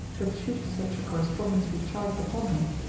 but should such a correspondence be charged upon her,